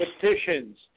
petitions